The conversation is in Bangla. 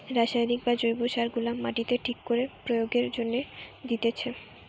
রাসায়নিক বা জৈব সার গুলা মাটিতে ঠিক করে প্রয়োগের জন্যে দিতেছে